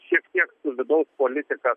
šiek tiek vidaus politika